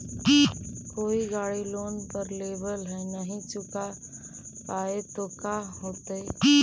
कोई गाड़ी लोन पर लेबल है नही चुका पाए तो का होतई?